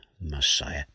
messiah